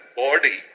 body